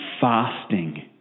fasting